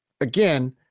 again –